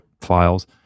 files